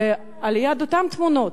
וליד אותן תמונות,